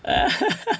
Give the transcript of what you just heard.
ah